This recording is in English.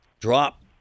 drop